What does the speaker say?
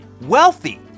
wealthy